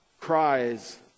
cries